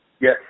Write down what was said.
Yes